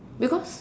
because